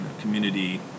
community